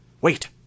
Wait